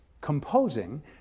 composing